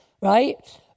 right